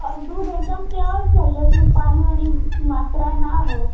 और दूध एकदम प्योर चाहिए उसमें पानी वानी की मात्रा न हो